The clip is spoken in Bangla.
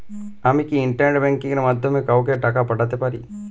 আমি কি ইন্টারনেট ব্যাংকিং এর মাধ্যমে কাওকে টাকা পাঠাতে পারি?